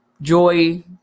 joy